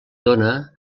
dóna